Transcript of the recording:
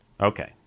Okay